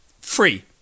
free